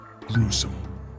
gruesome